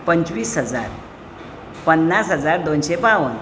पंचवीस हजार पन्नास हजार दोनशें बाव्वन